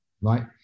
right